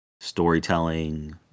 storytelling